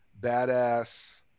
badass